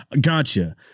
gotcha